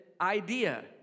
idea